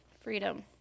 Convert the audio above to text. Freedom